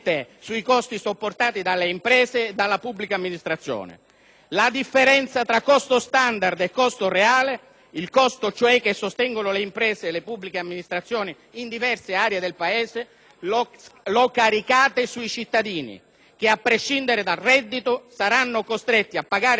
La differenza tra costo standard e costo reale, cioè il costo che sostengono le imprese e le pubbliche amministrazioni in diverse aree del Paese, lo caricate sui cittadini che, a prescindere dal reddito, saranno costretti a pagare più tasse perché vivono in parti svantaggiate del Paese.